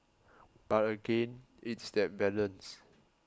but again it's that balance